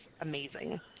Amazing